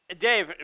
Dave